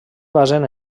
basen